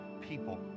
people